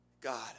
God